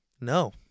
no